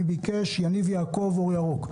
יניב יעקב, אור ירוק.